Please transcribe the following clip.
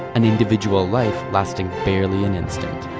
an individual life lasting barely an instant,